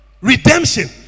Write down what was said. Redemption